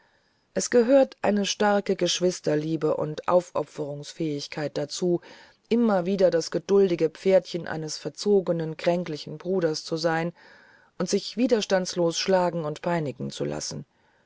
es gehört eine starke geschwisterliebe und aufopferungsfähigkeit dazu immer wieder das geduldige pferdchen eines verzogenen kränklichen bruders zu sein und sich widerstandslos schlagen und peinigen zu lassen